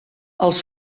els